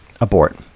Abort